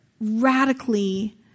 radically